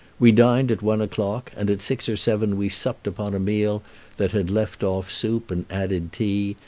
we dined at one o'clock, and at six or seven we supped upon a meal that had left off soup and added tea,